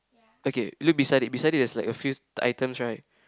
okay look beside it beside it has like a few items right